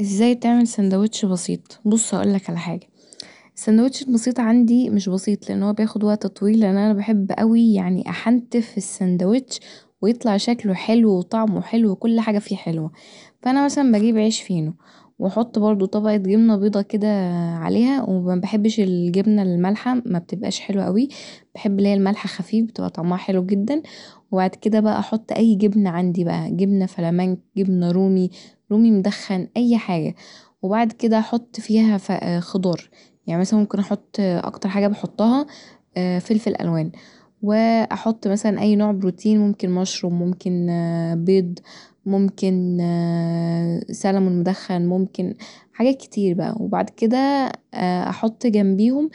ازيا تعمل ساندوتش بسيط، بص هقولك علي حاجه الساندوتش البسيط عندي مش بسيط لان هو بياخد وقت طويل لان انا بحب اوي يعني احنتف في الساندوتش ويطلع شكله حلو وطعمه حلو وكل حاجه فيه حلوه فأنا مثلا بجيب عيش فينو واحط برضو طبقة جبنة بيضا كدا عليها ومبحبش الجبنة المالحه مبتبقاش حلوه اوي بحب اللي هي ملح خفيف بتبقي طعمها حلو جدا وبعد كدا احط اي جبنة عندي بقي جبنة فلمنك، جبنة رومي رومي مدخن اي حاجه وبعد كدا احط فيها خضار يعني مثلا ممكن احط اكتر حاجه بحطها فلفل الوان واحط مثلا اي نوع بروتين ممكن ماشروم ممكن بيض ممكن سلمون مدخن ممكن حاجات كتير بقي وبعد كدا احط جنبيهم